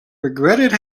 regretted